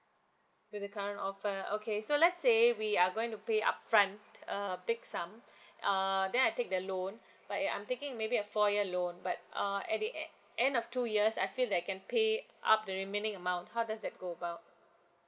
with the current offer okay so let's say we are going to pay upfront uh big sum uh then I take the loan but eh I am thinking maybe a four year loan but err at the e~ end of two years I feel that I can pay up the remaining amount how does that go about